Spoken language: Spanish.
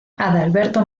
adalberto